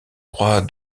croix